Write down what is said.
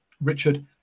Richard